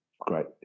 great